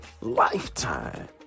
lifetime